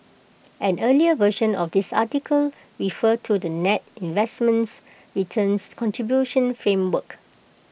an earlier version of this article referred to the net investments returns contribution framework